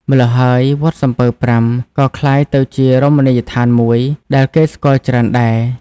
ម្ល៉ោះហើយ វត្តសំពៅប្រាំ ក៏ក្លាយទៅជា រមណីយដ្ឋានមួយ ដែលគេស្គាល់ច្រើនដែរ ។